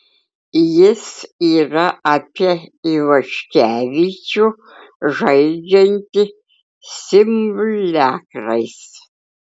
jis yra apie ivaškevičių žaidžiantį simuliakrais